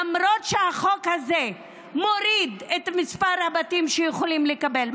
למרות שהחוק הזה מוריד את מספר הבתים שיכולים לקבל,